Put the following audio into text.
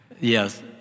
Yes